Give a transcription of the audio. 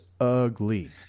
ugly